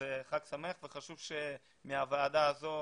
חג שמח וחשוב שמהוועדה הזאת